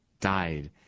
died